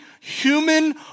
human